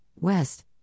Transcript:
West